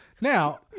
Now